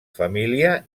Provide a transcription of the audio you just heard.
família